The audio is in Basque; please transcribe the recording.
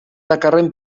dakarren